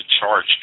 charge